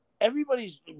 everybody's